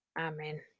Amen